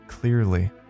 clearly